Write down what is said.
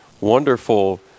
wonderful